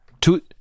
two